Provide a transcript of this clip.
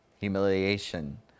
humiliation